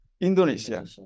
Indonesia